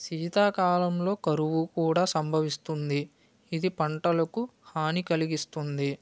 శీతాకాలంలో కరువు కూడా సంభవిస్తుంది ఇది పంటలకు హాని కలిగిస్తుంది